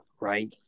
right